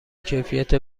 کیفیت